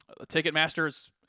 Ticketmasters